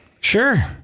Sure